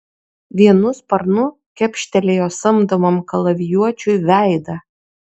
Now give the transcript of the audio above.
vienu sparnu kepštelėjo samdomam kalavijuočiui veidą